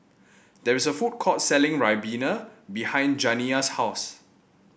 there is a food court selling ribena behind Janiyah's house